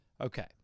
Okay